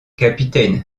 capitaine